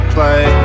Play